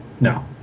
No